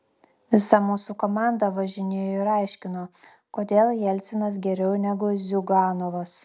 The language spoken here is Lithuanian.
visa mūsų komanda važinėjo ir aiškino kodėl jelcinas geriau negu ziuganovas